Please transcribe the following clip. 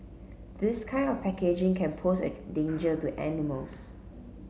this kind of packaging can pose a danger to animals